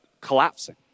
collapsing